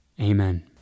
Amen